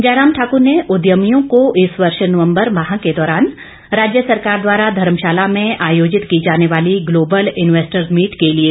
जयराम ठाकुर ने उद्यमियों को इस वर्ष नवम्बर माह के दौरान राज्य सरकार द्वारा धर्मशाला में आयोजित की जाने वाली ग्लोबल इंवेस्टर्स मीट के लिए भी आमंत्रित किया